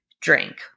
drink